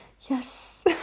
Yes